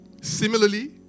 Similarly